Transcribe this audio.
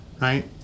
right